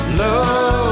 love